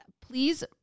Please